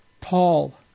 Paul